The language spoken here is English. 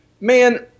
Man